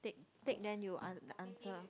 take take then you an~ answer